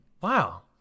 Wow